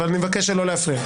אבל אני מבקש שלא להפריע.